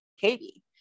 Katie